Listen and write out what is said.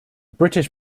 british